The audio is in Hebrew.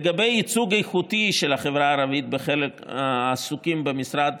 לגבי ייצוג איכותי של החברה הערבית בקרב המועסקים במשרד,